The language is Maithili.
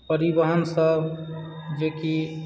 परिवहनसँ जेकि